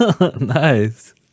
Nice